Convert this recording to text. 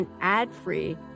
ad-free